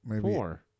Four